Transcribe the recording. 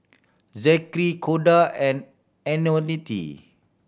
Zackery Koda and Antionette